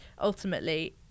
ultimately